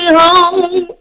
home